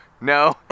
No